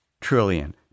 trillion